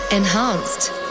Enhanced